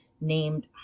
named